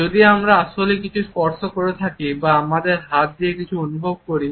যদি আমরা আসলেই কিছু স্পর্শ করে থাকি বা আমরা আমাদের হাত দিয়ে কিছু অনুভব করি